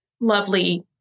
lovely